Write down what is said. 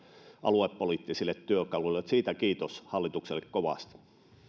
aluepoliittisille työkaluille siitä kiitos hallitukselle kovasti